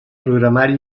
programari